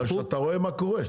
בגלל שאתה רואה מה קורה,